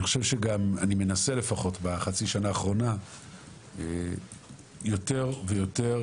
אני חושב שגם אני מנסה לפחות בחצי השנה האחרונה יותר ויותר